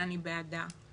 שאני בעדה,